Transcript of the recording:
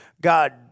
God